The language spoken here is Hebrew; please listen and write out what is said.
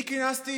אני כינסתי